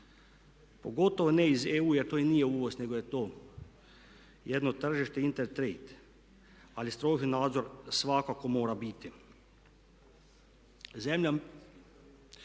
pogotovo ne iz EU jer to i nije uvoz nego je to jedno tržište inter trade. Ali strogi nadzor svakako mora biti. Zemlja,